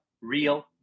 Real